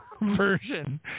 version